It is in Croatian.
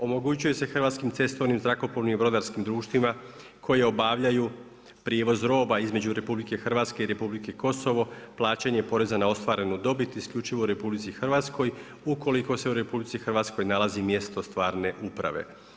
Omogućuje se hrvatskim cestovnim, zrakoplovnim i brodarskim društvima koje obavljaju prijevoz roba između Republike Hrvatske i Republike Kosovo plaćanje poreza na ostvarenu dobit isključivo u RH ukoliko se u RH nalazi mjesto stvarne uprave.